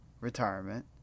retirement